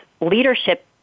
leadership